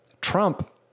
Trump